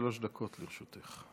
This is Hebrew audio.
בבקשה, שלוש דקות לרשותך.